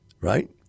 right